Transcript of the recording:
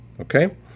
okay